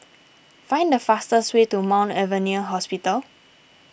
find the fastest way to Mount Avenue Hospital